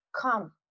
Come